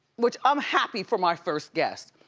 which i'm happy for my first guest.